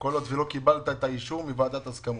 כל עוד לא קיבלת אישור מוועדת ההסכמות.